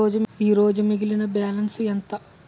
ఈరోజు మిగిలిన బ్యాలెన్స్ ఎంత?